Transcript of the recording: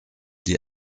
die